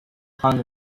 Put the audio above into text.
hung